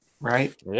right